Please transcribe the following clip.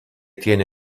tiene